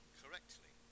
correctly